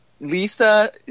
Lisa